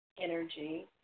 energy